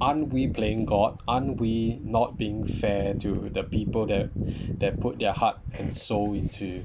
aren't we playing god aren't we not being fair to the people that that put their heart and soul into